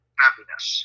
happiness